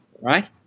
Right